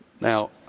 Now